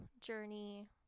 journey